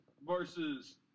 versus